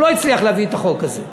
הוא לא הצליח להביא את החוק הזה.